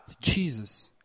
Jesus